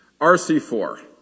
RC4